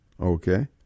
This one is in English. Okay